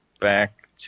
back